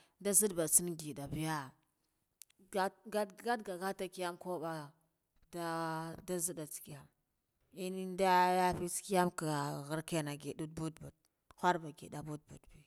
Nda nzidda ba tsen ngida biya ngat ngat kiyan kubba nda da nzidda tsekiya inan da fi tskiyan ka kharkinan but khurba ngida budi.